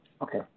Okay